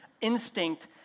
instinct